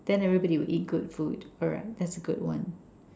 then everybody will eat good food alright that's a good one